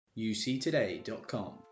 uctoday.com